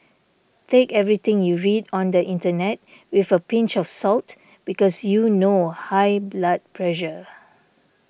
take everything you read on the internet with a pinch of salt because you know high blood pressure